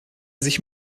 sich